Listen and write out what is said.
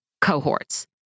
cohorts